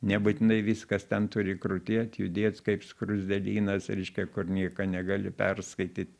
nebūtinai viskas ten turi krutėt judėt kaip skruzdėlynas reiškia kur nieko negali perskaityt